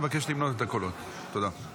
אבקש למנות את הקולות, תודה.